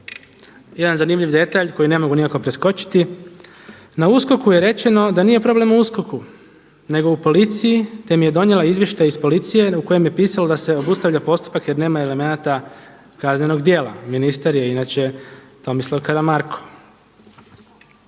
Jedan zanimljiv detalj koji ne mogu nikako preskočiti, na USKOK-u je rečeno da nije problem u USKOK-u nego u policiji te im je donijela izvještaj iz policije u kojem je pisalo da se obustavlja postupak jer nema elemenata kaznenog djela. Ministar je inače Tomislav Karamarko.